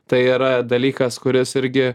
tai yra dalykas kuris irgi